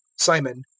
SIMON